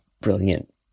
brilliant